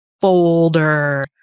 folder